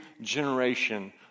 generation